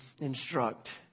instruct